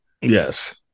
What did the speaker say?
yes